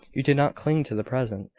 you did not cling to the present,